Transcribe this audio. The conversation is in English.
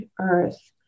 earth